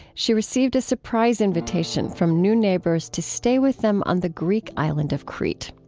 she received a surprise invitation from new neighbors to stay with them on the greek island of crete.